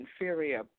inferior